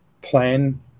plan